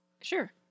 sure